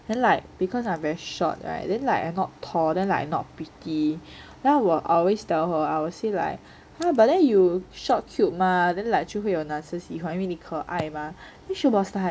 then like because I very short [right] then like I not tall then like not pretty now I will always tell her I will say like !huh! but then you short cute mah then like 就会有男生喜欢你因为你可爱 mah then she was like